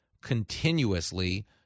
continuously